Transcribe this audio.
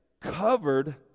covered